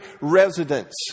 residents